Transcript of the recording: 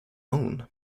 own